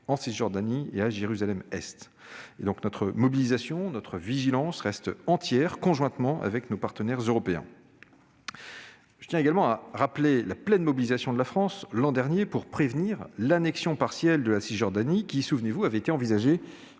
en Cisjordanie et à Jérusalem-Est. Notre mobilisation et notre vigilance restent entières, conjointement avec nos partenaires européens. Je tiens également à rappeler la pleine mobilisation de la France l'an dernier pour prévenir l'annexion partielle de la Cisjordanie, qui, souvenez-vous, avait été envisagée